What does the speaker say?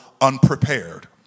unprepared